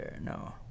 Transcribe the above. No